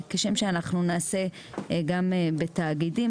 כשם שאנחנו נעשה גם בתאגידים.